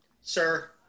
Sir